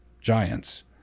giants